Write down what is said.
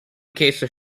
cases